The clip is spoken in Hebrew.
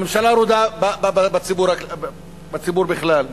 הממשלה רודה בציבור בכלל.